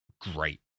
great